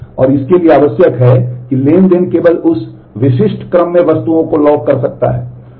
और इसके लिए आवश्यक है कि ट्रांज़ैक्शन केवल उस विशिष्ट क्रम में वस्तुओं को लॉक कर सकता है